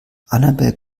annabel